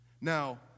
now